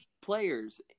players